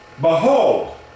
Behold